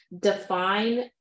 define